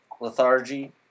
lethargy